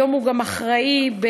היום הוא גם אחראי ב"סלקום".